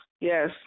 Yes